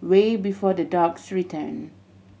way before the dogs return